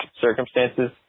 circumstances